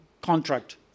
contract